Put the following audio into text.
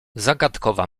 zagadkowa